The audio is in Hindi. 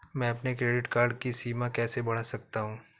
मैं अपने क्रेडिट कार्ड की सीमा कैसे बढ़ा सकता हूँ?